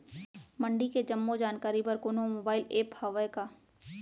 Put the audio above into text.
मंडी के जम्मो जानकारी बर कोनो मोबाइल ऐप्प हवय का?